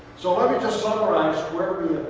so let me just summarize where we